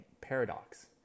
Paradox